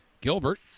Gilbert